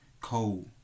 cold